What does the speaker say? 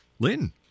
Lynn